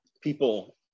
People